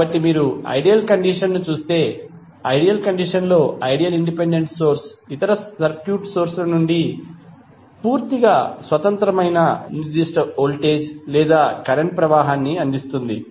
కాబట్టి మీరు ideal condition ideal ను చూస్తే ఐడియల్ కండిషన్ లో ఐడియల్ ఇండిపెండెంట్ సోర్స్ ఇతర సర్క్యూట్ సోర్స్ ల నుండి పూర్తిగా స్వతంత్రమైన నిర్దిష్ట వోల్టేజ్ లేదా కరెంట్ ప్రవాహాన్ని అందిస్తుంది